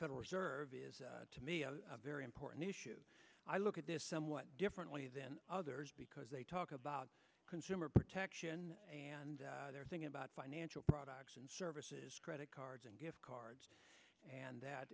federal reserve is a very important issue i look at this somewhat differently than others because they talk about consumer protection and they're thinking about financial products and services credit cards and gift cards and that